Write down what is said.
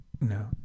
No